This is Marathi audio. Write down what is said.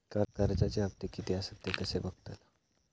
कर्जच्या हप्ते किती आसत ते कसे बगतलव?